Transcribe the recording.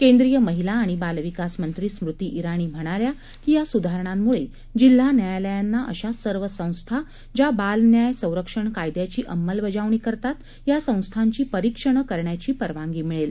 केंद्रीय महिला आणि बालविकास मंत्री स्मृती जाणी म्हणाल्या की या सुधारणांमुळे जिल्हा न्यायालयांना अशा सर्व संस्था ज्या बालन्याय संरक्षण कायद्याची अंमलबजावणी करतात या संस्थांना परीक्षण करण्याची परवानगी मिळेल